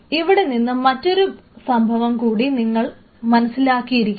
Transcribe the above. ഇവിടെനിന്ന് മറ്റൊരു സംഭവം കൂടി നിങ്ങൾ മനസ്സിലാക്കിയിരിക്കുന്നു